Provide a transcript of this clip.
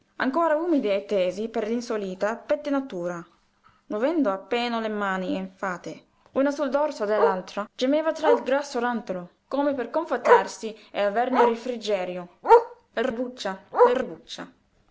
ancora umidi e tesi per l'insolita pettinatura movendo appena le mani enfiate una sul dorso dell'altra gemeva tra il grasso rantolo come per confortarsi e averne refrigerio l'erbuccia